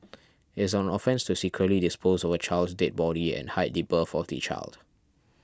is an offence to secretly dispose of a child's dead body and hide the birth of the child